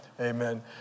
amen